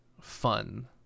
fun